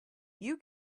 you